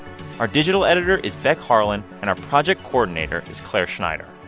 our digital editor is becky harlan, and our project coordinator is clare schneider.